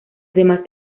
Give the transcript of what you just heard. demás